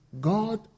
God